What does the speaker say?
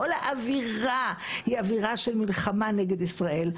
כל האווירה היא של מלחמה נגד ישראל,